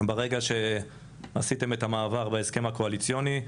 ברגע שעשיתם את המעבר בהסכם הקואליציוני,